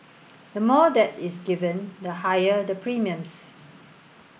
the more that is given the higher the premiums